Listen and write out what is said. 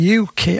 UK